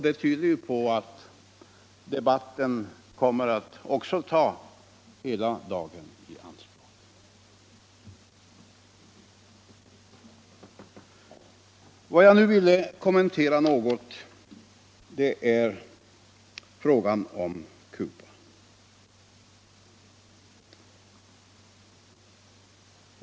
Det tyder på att debatten kommer att ta hela dagen i anspråk. Jag skall alltså med ett par orå kommentera frågan om Cuba.